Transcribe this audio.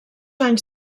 anys